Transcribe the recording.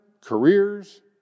careers